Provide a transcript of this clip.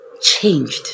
changed